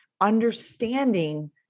understanding